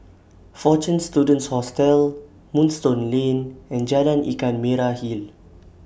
Fortune Students Hostel Moonstone Lane and Jalan Ikan Merah Hill